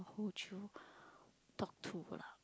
who would you talk to lah